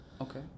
Okay